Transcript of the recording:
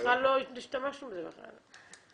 לא השתמשנו בזה בכלל.